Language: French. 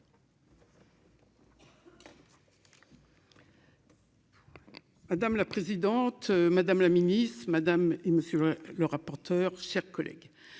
Madame la présidente, madame la ministre madame et monsieur le rapporteur, chers collègues,